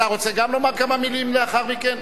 אתה גם רוצה לומר כמה מלים לאחר מכן?